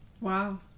wow